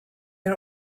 are